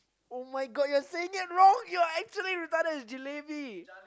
[oh]-my-God you're saying it wrong you're actually retarded it's jalebi